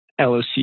LOC